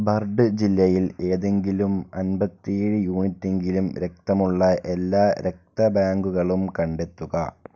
ബർഢ് ജില്ലയിൽ ഏതെങ്കിലും അൻപത്തി ഏഴ് യൂണിറ്റ് എങ്കിലും രക്തമുള്ള എല്ലാ രക്തബാങ്കുകളും കണ്ടെത്തുക